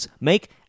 Make